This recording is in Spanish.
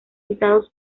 estados